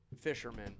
fishermen